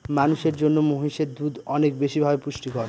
মানুষের জন্য মহিষের দুধ অনেক বেশি ভাবে পুষ্টিকর